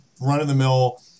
run-of-the-mill